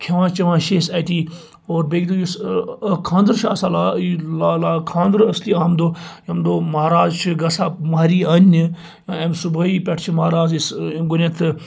کھیٚوان چیٚوان چھِ أسۍ أتی اور بیٚکہِ دۄہ یُس خانٛدَر چھُ آسان لا لا خانٛدَرَس تہِ امہِ دۄہ ییٚمہِ دۄہ مَہراز چھُ گَژھان مَہرٮ۪ن اَننہِ امہٕ صُبحایی پٮ۪ٹھ چھُ مَہراز أسۍ گۄڈٕنیٚتھ